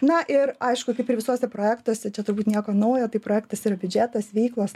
na ir aišku kaip ir visuose projektuose čia turbūt nieko naujo tai projektas yra biudžetas veiklos